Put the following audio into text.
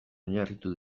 oinarritu